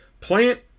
Plant